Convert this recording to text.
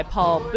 Paul